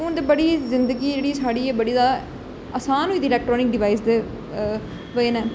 हून ते बड़ी जिंदगी ऐ जेहड़ी साढ़ी बड़ी ज्यादा आसान होई दी एल्कट्रानिक डिवाइस दी बजह कन्नै